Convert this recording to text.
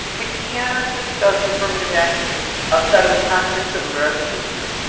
we cannot discuss affirmative action outside of the context of american history.